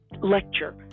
lecture